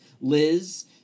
Liz